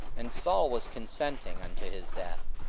and saul was consenting unto his death.